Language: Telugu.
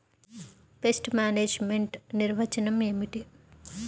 పెస్ట్ మేనేజ్మెంట్ నిర్వచనం ఏమిటి?